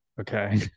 okay